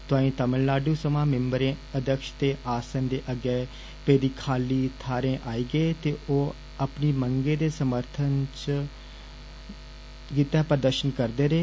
तोआई तमिलनाडू सवां मिम्बर अध्यक्ष दे आसन दे अग्गे पेदी खाली थाहर आई गे ते ओ अपनी मंगें दे समर्थ च गितै प्रदर्षित करदे रेह